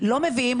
לא מביאים,